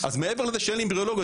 מעבר לזה שאין לי אמבריולוגיות,